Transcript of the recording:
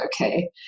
okay